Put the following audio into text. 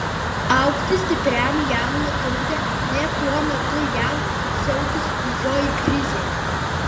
augti stipriam jam netrukdė nė tuo metu jav siautusi didžioji krizė